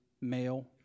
male